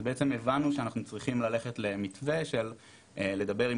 אז בעצם הבנו שאנחנו צריכים ללכת למתווה של לדבר עם